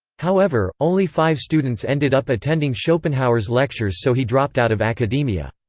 however, only five students ended up attending schopenhauer's lectures so he dropped out of academia.